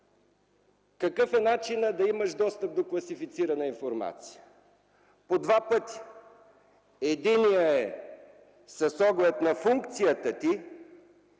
какъв е начинът да имаш достъп до класифицирана информация? По два пътя. Единият е с оглед на функцията ти,